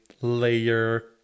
layer